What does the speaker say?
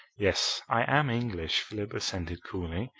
yes, i am english, philip assented coolly.